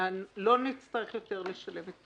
לא נצטרך יותר לשלם את